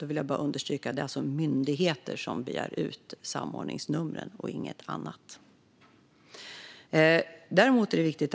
Då vill jag bara understryka att det är myndigheter som begär ut samordningsnummer och inga andra. Däremot är det viktigt